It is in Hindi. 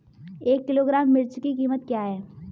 एक किलोग्राम मिर्च की कीमत क्या है?